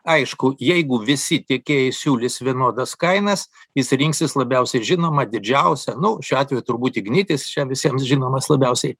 aišku jeigu visi tiekėjai siūlys vienodas kainas jis rinksis labiausiai žinomą didžiausią nu šiuo atveju turbūt ignitis čia visiems žinomas labiausiai